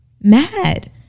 mad